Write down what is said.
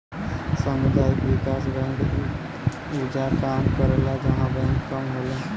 सामुदायिक विकास बैंक उहां काम करला जहां बैंक कम होला